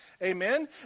Amen